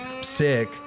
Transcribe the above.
sick